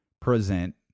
present